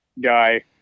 guy